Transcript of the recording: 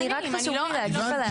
אני רק חשוב לי להגיב על ההערה הזאת.